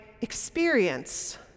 experience